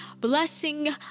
blessing